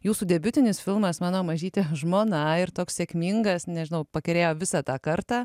jūsų debiutinis filmas mano mažytė žmona ir toks sėkmingas nežinau pakerėjo visą tą kartą